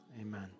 Amen